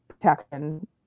protection